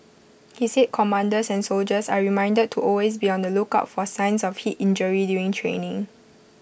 he said commanders and soldiers are reminded to always be on the lookout for signs of heat injury during training